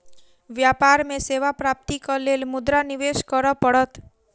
व्यापार में सेवा प्राप्तिक लेल मुद्रा निवेश करअ पड़त